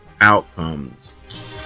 outcomes